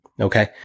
Okay